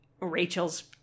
Rachel's